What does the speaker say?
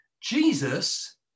Jesus